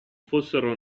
fossero